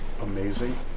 amazing